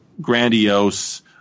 grandiose